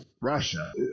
Russia